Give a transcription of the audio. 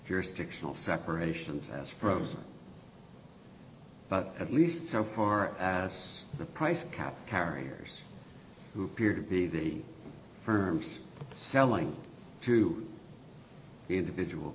jurisdictional separations has frozen but at least so far as the price caps carriers who appear to be the firms selling to the individual